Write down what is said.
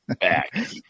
back